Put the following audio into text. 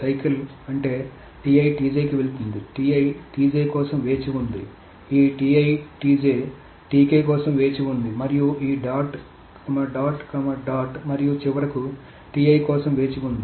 cycle అంటే కి వెళ్తుంది కోసం వేచి ఉంది ఈ కోసం వేచి ఉంది మరియు ఈ డాట్ డాట్ డాట్ మరియు చివరకు కోసం వేచి ఉంది